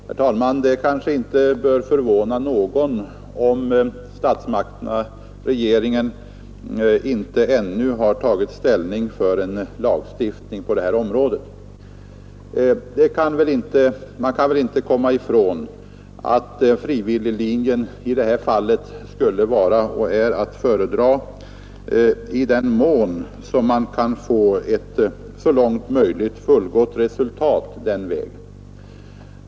Herr talman! Det kanske inte bör förvåna någon, om regeringen inte ännu har tagit ställning för en lagstiftning på detta område. Man kan väl inte komma ifrån att frivilliglinjen i det här fallet skulle vara och är att föredra i den mån man kan få ett så långt möjligt fullgott reslutat den vägen.